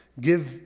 Give